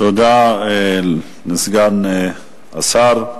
תודה לסגן השר.